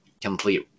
complete